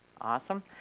Awesome